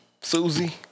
Susie